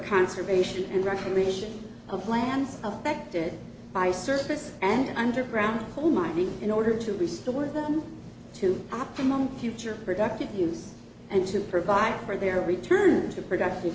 conservation and recreation of lands affected by surface and underground coal mining in order to restore to optimum future productive use and to provide for their return to productive